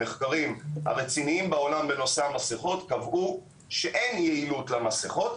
המחקרים הרציניים בעולם בנושא המסיכות קבעו שאין יעילות למסיכות.